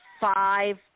five